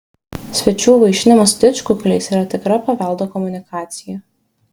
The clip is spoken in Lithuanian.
svečių vaišinimas didžkukuliais yra tikra paveldo komunikacija